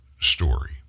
story